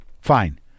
fine